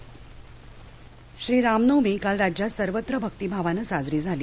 रामनवमी श्रीरामनवमी काल राज्यात सर्वत्र भक्तिभावानं साजरी झाली